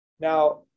Now